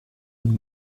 und